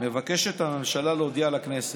מבקשת הממשלה להודיע לכנסת,